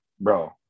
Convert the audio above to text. bro